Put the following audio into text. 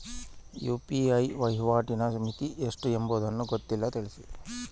UPI ವಹಿವಾಟಿನ ಮಿತಿ ಎಷ್ಟು ಎಂಬುದು ಗೊತ್ತಿಲ್ಲ? ತಿಳಿಸಿ?